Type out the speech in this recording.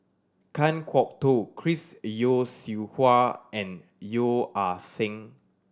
Kan Kwok Toh Chris Yeo Siew Hua and Yeo Ah Seng